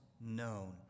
known